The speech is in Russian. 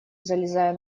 залезая